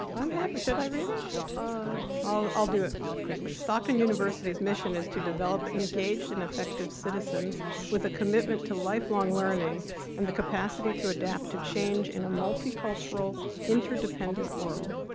i'm happy should i read it oh i'll do it quickly. stockton university's mission is to develop engaged and effective citizens with a commitment to lifelong learning and the capacity to adapt to change in a multicultural interdependent world.